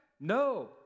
No